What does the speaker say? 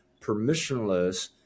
permissionless